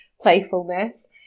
playfulness